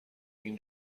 این